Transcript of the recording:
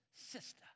Sister